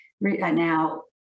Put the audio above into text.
now